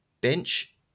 bench